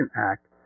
Act